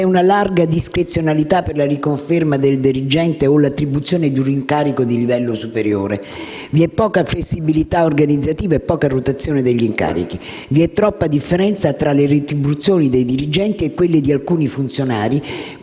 manageriale; vi è una larga discrezionalità per la riconferma del dirigente o l'attribuzione di un incarico di livello superiore; vi è poca flessibilità organizzativa e poca rotazione degli incarichi; vi è troppa differenza tra le retribuzioni dei dirigenti e quelle di alcuni funzionari,